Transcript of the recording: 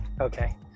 Okay